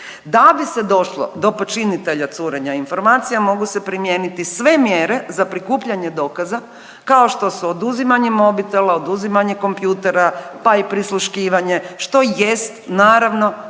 da bi se došlo do počinitelja curenja informacija mogu se primijeniti sve mjere za prikupljanje dokaza kao što su oduzimanje mobitela, oduzimanje kompjutera pa i prisluškivanje što jest naravno,